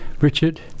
Richard